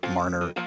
Marner